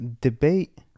debate